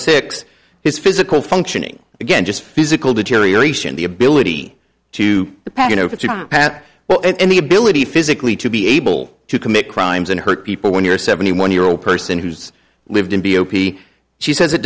six his physical functioning again just physical deterioration the ability to the packing if you pat well and the ability physically to be able to commit crimes and hurt people when you're seventy one year old person who's lived in b o p she says it